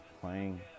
playing